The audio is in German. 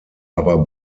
aber